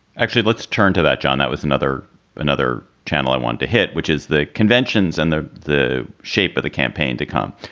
actually let's turn to that, john. that was another another channel i want to hit, which is the conventions and the the shape of the campaign to come.